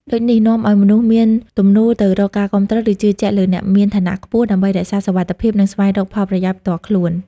ដូចនេះនាំឲ្យមនុស្សមានទំនោរទៅរកការគាំទ្រ ឬជឿជាក់លើអ្នកមានឋានៈខ្ពស់ ដើម្បីរក្សាសុវត្ថិភាព និងស្វែងរកផលប្រយោជន៍ផ្ទាល់ខ្លួន។